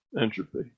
entropy